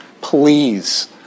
please